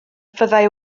fyddai